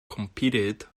competed